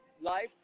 life